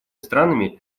странами